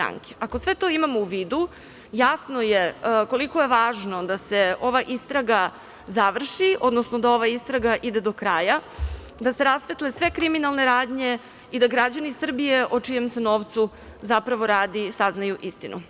Ako sve to imamo u vidu jasno je koliko je važno da se ova istraga završi, odnosno da ova istraga ide do kraja, da se rasvetle sve kriminalne radnje i da građani Srbije o čijem se novcu zapravo radi saznaju istinu.